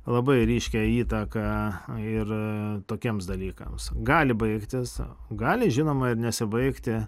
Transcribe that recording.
labai ryškią įtaką ir tokiems dalykams gali baigtis gali žinoma ir nesibaigti